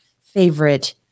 favorite